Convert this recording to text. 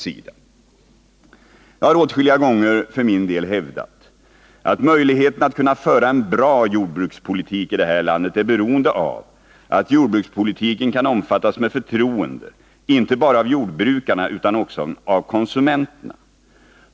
Jag har för min del åtskilliga gånger hävdat att möjligheten att kunna föra en bra jordbrukspolitik i det här landet är beroende av att jordbrukspolitiken kan omfattas med förtroende — inte bara av jordbrukarna utan också av konsumenterna.